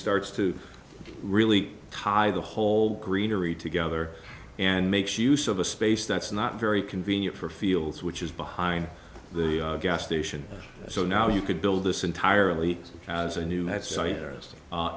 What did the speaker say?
starts to really high the whole greenery together and makes use of a space that's not very convenient for fields which is behind the gas station so now you could build this entirely as a new